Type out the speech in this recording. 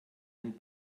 den